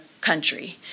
country